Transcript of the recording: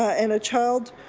and a child,